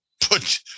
put